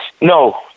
No